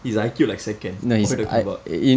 his I_Q like second what are you talking about